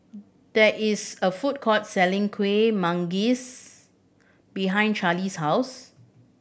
there is a food court selling Kueh Manggis behind Carlie's house